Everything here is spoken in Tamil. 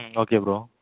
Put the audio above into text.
ம் ஓகே ப்ரோ